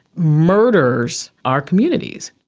murders our communities?